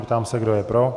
Ptám se, kdo je pro.